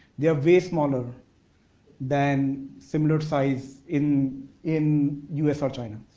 they are way smaller than similar size in in us or china.